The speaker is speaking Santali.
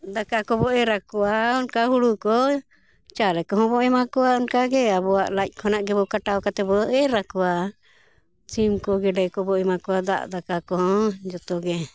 ᱫᱟᱠᱟ ᱠᱚᱵᱚᱱ ᱮᱨ ᱟᱠᱚᱣᱟ ᱚᱱᱠᱟ ᱦᱩᱲᱩ ᱠᱚ ᱪᱟᱣᱞᱮ ᱠᱚᱦᱚᱸᱵᱚᱱ ᱮᱢᱟ ᱠᱚᱣᱟ ᱚᱱᱠᱟᱜᱮ ᱟᱵᱚᱣᱟᱜ ᱞᱟᱡ ᱠᱷᱚᱱᱟᱜ ᱜᱮᱵᱚᱱ ᱠᱟᱴᱟᱣ ᱠᱟᱛᱮ ᱵᱚᱱ ᱮᱨᱟᱠᱚᱣᱟ ᱥᱤᱢ ᱠᱚ ᱜᱮᱰᱮ ᱠᱚᱵᱚᱱ ᱮᱢᱟ ᱠᱚᱣᱟ ᱫᱟᱜ ᱫᱟᱠᱟ ᱠᱚᱦᱚᱸ ᱡᱚᱛᱚᱜᱮ